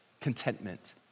contentment